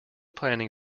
planning